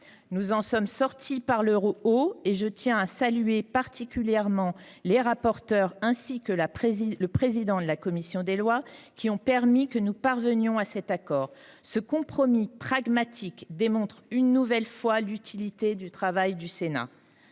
haut. Je tiens, à cet égard, à saluer particulièrement les rapporteurs, ainsi que le président de la commission des lois, qui nous ont permis de parvenir à cet accord. Ce compromis pragmatique démontre une nouvelle fois l’utilité du travail du Sénat.